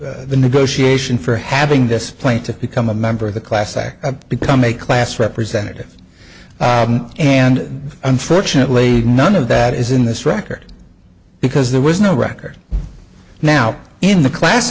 the negotiation for having this plaintiff become a member of the class i become a class representative and unfortunately none of that is in this record because there was no record now in the class